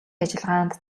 ажиллагаанд